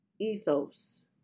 ethos